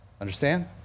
Understand